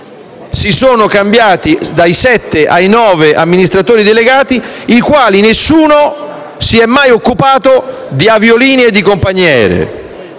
si sono cambiati dai sette ai nove amministratori delegati, nessuno dei quali si è mai occupato di aviolinee e compagnie